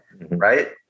right